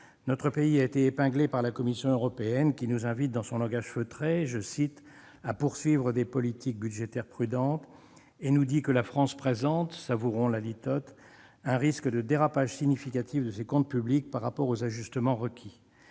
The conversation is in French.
notre pays a été épinglé par la Commission européenne, qui nous invite, dans son langage feutré, à « poursuivre des politiques budgétaires prudentes », et nous dit que la France présente- savourons la litote !-« un risque de dérapage significatif de ses comptes publics par rapport aux ajustements requis ».